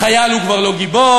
החייל הוא כבר לא גיבור,